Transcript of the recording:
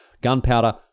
gunpowder